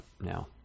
now